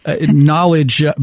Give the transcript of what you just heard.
knowledge